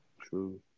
True